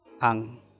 ang